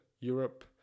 Europe